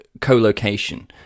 co-location